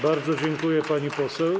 Bardzo dziękuję, pani poseł.